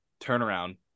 turnaround